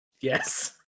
Yes